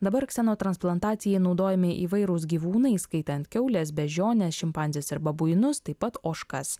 dabar kseno transplantacijai naudojami įvairūs gyvūnai įskaitant kiaules beždžiones šimpanzes ar babuinus taip pat ožkas